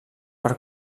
per